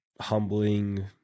humbling